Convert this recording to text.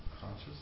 conscious